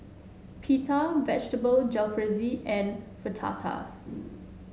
Pita Vegetable Jalfrezi and Fajitas